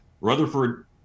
Rutherford